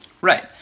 Right